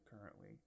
currently